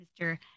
mr